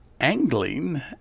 angling